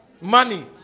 Money